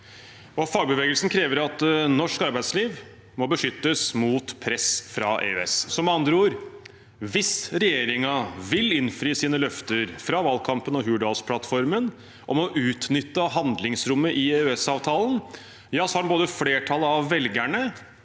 Fagbevegelsen krever også at norsk arbeidsliv må beskyttes mot press fra EØS. Med andre ord: Hvis regjeringen vil innfri sine løfter fra valgkampen og Hurdalsplattformen om å utnytte handlingsrommet i EØS-avtalen, har den både flertallet av velgerne,